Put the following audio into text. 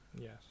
yes